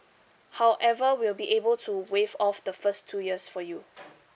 however we'll be able to waive off the first two years for you